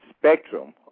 spectrum